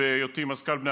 בהיותי מזכ"ל בני עקיבא,